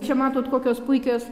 čia matot kokios puikios